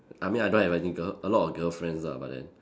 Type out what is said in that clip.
I mean I don't have any girl a lot of girlfriends lah but then